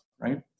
right